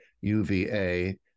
UVA